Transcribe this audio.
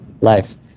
life